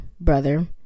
brother